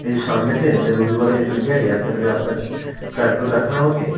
এই সানডেতে মানে রবিবারে তাহলে যাই আপনি তাহলে আপনার যে ফ্ল্যাটগুলো দেখান আমাকে